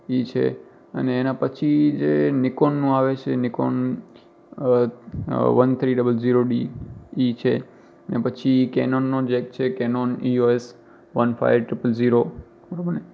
એ છે અને એના પછી જે નિકોનનું આવે છે Nikon a one three double zero D એ છે ને પછી કેનોનનો જે છે Canon E O S one five triple zero બરાબર ને